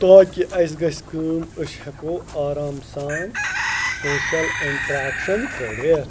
تاکہِ اَسہِ گژھِ کٲم أسۍ ہیٚکو آرام سان سوشَل اِنٹرٛیکشَن کٔرِتھ